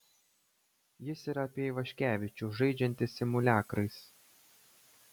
jis yra apie ivaškevičių žaidžiantį simuliakrais